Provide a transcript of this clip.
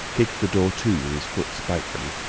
kicked the door to with his foot spitefully,